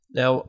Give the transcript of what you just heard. now